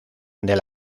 del